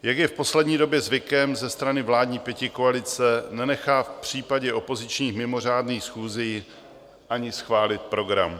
Jak je v poslední době zvykem ze strany vládní pětikoalice, nenechá v případě opozičních mimořádných schůzí ani schválit program.